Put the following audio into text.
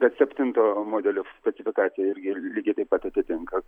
bet septinto modelio specifikacija irgi lygiai taip pat atitinka